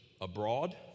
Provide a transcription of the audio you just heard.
abroad